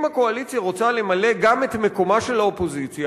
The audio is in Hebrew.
אם הקואליציה רוצה למלא גם את מקומה של האופוזיציה,